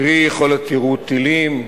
קרי יכולת יירוט טילים,